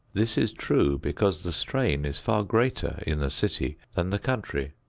this is true because the strain is far greater in the city than the country.